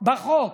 בחוק,